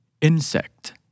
Insect